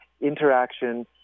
interaction